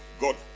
God